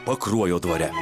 pakruojo dvare